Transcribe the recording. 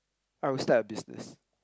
I would start a business